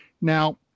Now